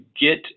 get